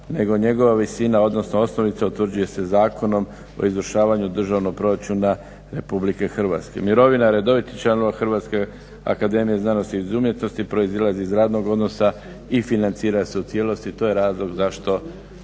njegova visina, odnosno osnovica utvrđuje se Zakonom o izvršavanju Državnog proračuna RH. Mirovina redovitih članova Hrvatske akademije znanosti i umjetnosti proizlazi iz radnog odnosa i financira se u cijelosti, to je razlog zašto